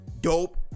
dope